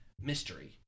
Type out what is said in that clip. mystery